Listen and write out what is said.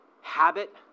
habit